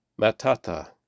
Matata